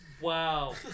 Wow